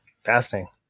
Fascinating